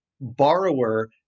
borrower